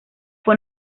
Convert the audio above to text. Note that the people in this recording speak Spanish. fue